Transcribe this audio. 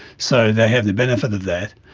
so they have the benefit of that.